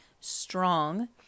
strong